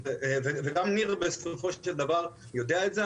וגם ניר בסופו של דבר יודע את זה.